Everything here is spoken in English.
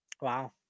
Wow